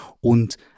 und